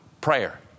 prayer